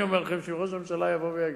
אני אומר לכם שראש הממשלה יבוא ויגיד: